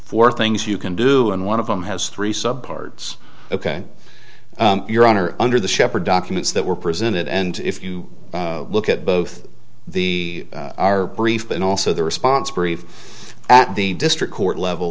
four things you can do and one of them has three sub par it's ok your honor under the shepherd documents that were presented and if you look at both the our brief and also the response brief at the district court level